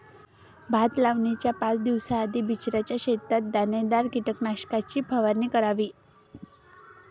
भात लावणीच्या पाच दिवस आधी बिचऱ्याच्या शेतात दाणेदार कीटकनाशकाची फवारणी करावी